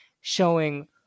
showing